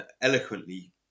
eloquently